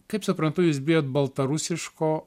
kaip suprantu jūs bijot baltarusiško